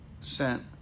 sent